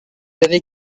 avez